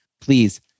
Please